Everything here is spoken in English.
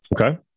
Okay